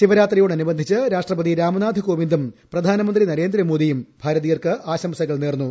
ശിവരാത്രിയോടനുബന്ധിച്ച് രാഷ്ട്രപതി രാംനാഥ് കോവിന്ദും പ്രധാനമന്ത്രി നരേന്ദ്രമോദിയും ഭാരതീയർക്ക് ആശംസകൾ നേർന്നു